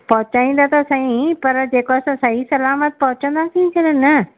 पोहचाईंदो त सही पर जेको असां सही सलामत पोहचंदासी की क न